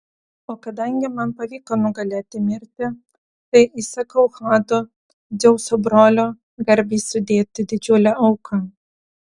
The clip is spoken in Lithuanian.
o kadangi man pavyko nugalėti mirtį tai įsakau hado dzeuso brolio garbei sudėti didžiulę auką